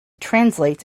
translates